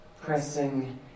pressing